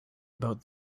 about